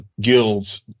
guilds